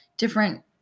different